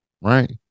right